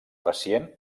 pacient